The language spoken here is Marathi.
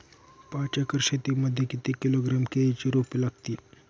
पाच एकर शेती मध्ये किती किलोग्रॅम केळीची रोपे लागतील?